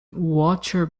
walter